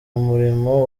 murimo